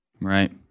Right